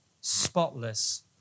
spotless